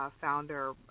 founder